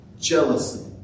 Jealousy